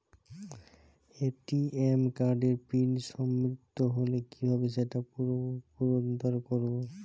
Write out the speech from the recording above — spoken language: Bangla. এ.টি.এম কার্ডের পিন বিস্মৃত হলে কীভাবে সেটা পুনরূদ্ধার করব?